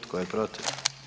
Tko je protiv?